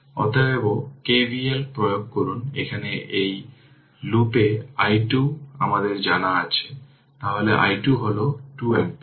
অতএব KVL প্রয়োগ করুন এখানে এই লুপে i2 আমাদের জানা আছে তাহলে i2 হল 2 অ্যাম্পিয়ার